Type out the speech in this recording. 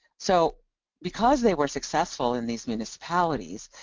so because they were successful in these municipalities,